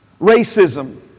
Racism